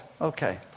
okay